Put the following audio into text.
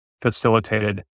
facilitated